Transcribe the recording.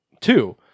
two